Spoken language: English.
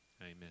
amen